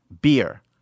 beer